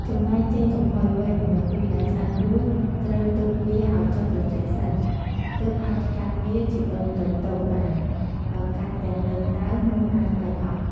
ចំណែកចេកចំហុយវិញនៅពេលដែលឆ្អិនរួច ត្រូវទុកវាឱ្យចុះត្រជាក់សិន ទើបអាចកាត់វាជាដុំតូចៗបានបើកាត់ទាំងនៅក្ដៅនំអាចបែកអស់។